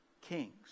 kings